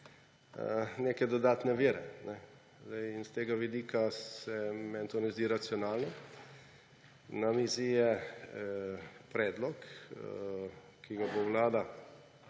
neke dodatne vire. In s tega vidika se meni to ne zdi racionalno. Na mizi je predlog, ki ga bo vlada